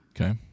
Okay